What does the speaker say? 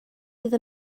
iddyn